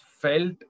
felt